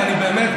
ואני באמת,